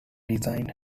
designed